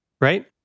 right